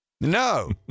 no